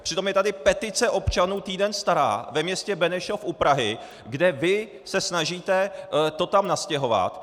Přitom je tady petice občanů týden stará ve městě Benešov u Prahy, kde vy se snažíte to tam nastěhovat.